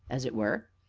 as it were,